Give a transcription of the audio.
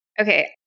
Okay